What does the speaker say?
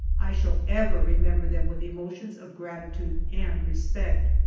i shall ever remember them with emotions of gratitude and respect.